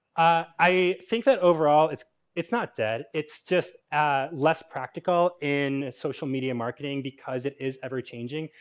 i think that overall it's it's not dead, it's just less practical in social media marketing because it is ever-changing.